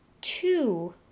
two